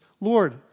Lord